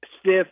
stiff